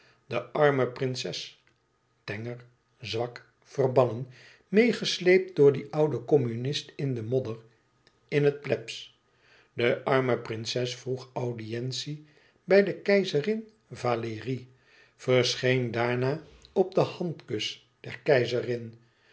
de arme prinses tenger zwak verbannen meêgesleept door dien ouden communist in de modder in het plebs de arme prinses vroeg audientie aan bij de keizerin valérie verscheen daarna op den handkus der keizerin